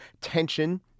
tension